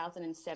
2007